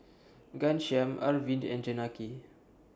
Ghanshyam Arvind and Janaki